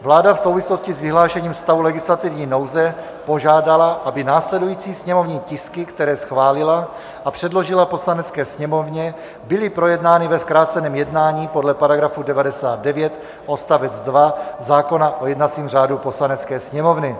Vláda v souvislosti s vyhlášením stavu legislativní nouze požádala, aby následující sněmovní tisky, které schválila a předložila Poslanecké sněmovně, byly projednány ve zkráceném jednání podle § 99 odst. 2 zákona o jednacím řádu Poslanecké sněmovny.